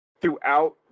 throughout